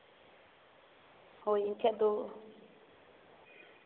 ᱦᱳᱭ ᱮᱱᱠᱷᱟᱱ ᱫᱚ